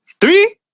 Three